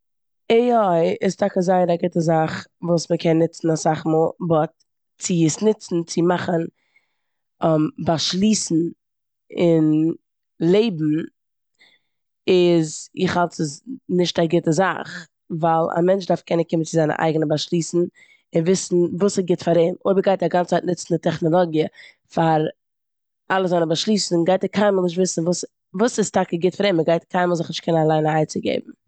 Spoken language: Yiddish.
AI איז טאקע זייער א גוטע זאך וואס מ'קען נוצן אסאך מאל באט צו עס נוצן צו מאכן באשלוסן אין לעבן איז- איך האלט ס'איז נישט א גוטע זאך ווייל א מענטש דארף קענען קומען צו זיינע אייגענע באשלוסן און וויסן וואס ס'איז גוט פאר אים. אויב ער גייט א גאנצע צייט נוצן די טעכנאלאגיע פאר אלע זיינע באשלוסן גייט ער קיינמאל נישט וויסן וואס- וואס ס'איז טאקע גוט פאר אים. ער גייט קיינמאל זיך נישט קענען אליין א עצה געבן.